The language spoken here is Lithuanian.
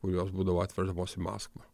kurios būdavo atvežamos į maskvą